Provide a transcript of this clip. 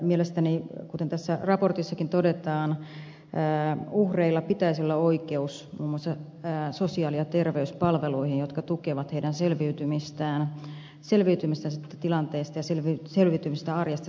mielestäni kuten tässä raportissakin todetaan uhreilla pitäisi olla oikeus muun muassa sosiaali ja terveyspalveluihin jotka tukevat heidän selviytymistään tästä tilanteesta ja selviytymistä arjesta sen jälkeen